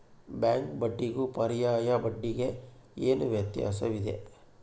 Bank ಬಡ್ಡಿಗೂ ಪರ್ಯಾಯ ಬಡ್ಡಿಗೆ ಏನು ವ್ಯತ್ಯಾಸವಿದೆ?